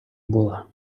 була